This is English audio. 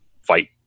fight